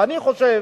אני חושב